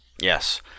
Yes